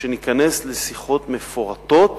שניכנס לשיחות מפורטות